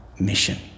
mission